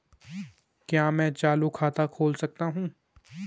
क्या मैं चालू खाता खोल सकता हूँ?